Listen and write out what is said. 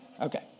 Okay